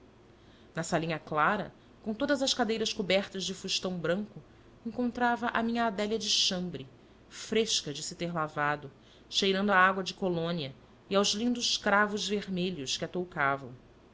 na salinha clara com todas as cadeiras cobertas de fustão branco encontrava a minha adélia de chambre fresca de se ter lavado cheirando a água de colônia e aos lindos cravos vermelhos que a toucavam